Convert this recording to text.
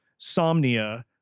somnia